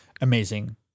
amazing